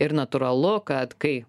ir natūralu kad kai